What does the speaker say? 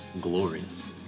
glorious